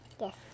Yes